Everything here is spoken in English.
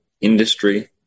industry